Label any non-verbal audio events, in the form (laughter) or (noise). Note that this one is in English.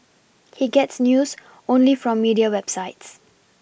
(noise) he gets news only from media websites